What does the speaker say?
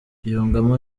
yungamo